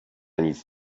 nic